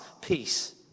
peace